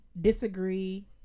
disagree